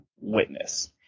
witness